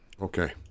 Okay